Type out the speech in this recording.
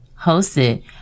hosted